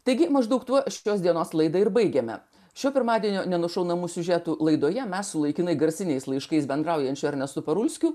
taigi maždaug tuo šios dienos laida ir baigiame šio pirmadienio nenušaunamas siužetų laidoje mes su laikinai garsiniais laiškais bendraujančiu ernestu parulskiu